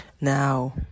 Now